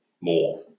more